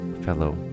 fellow